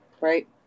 right